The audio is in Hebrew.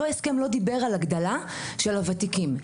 אותו הסכם לא דיבר על הגדלה של שכר הוותיקים.